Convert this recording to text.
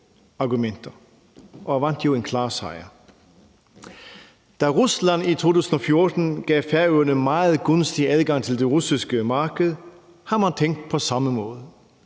argumenter og vandt jo en klar sejr. Da Rusland i 2014 gav Færøerne meget gunstig adgang til det russiske marked, har man tænkt på samme måde.